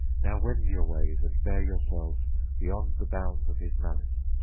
now wend your ways and bear yourselves beyond the bounds of his malice.